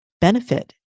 benefit